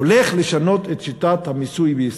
הולך לשנות את שיטת המיסוי בישראל.